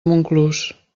montclús